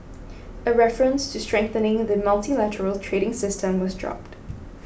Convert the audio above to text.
a reference to strengthening the multilateral trading system was dropped